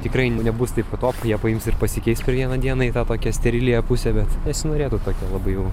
tikrai nebus taip kad op jie paims ir pasikeis per vieną dieną į tą tokią steriliąją pusę bet nesinorėtų tokio labai jau